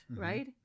right